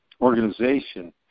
organization